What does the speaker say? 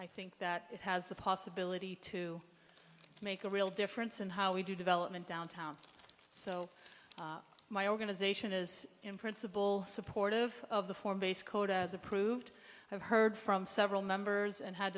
i think that it has the possibility to make a real difference in how we do development downtown so my organization is in principle supportive of the form based code as approved i've heard from several members and had